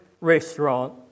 restaurant